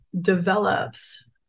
develops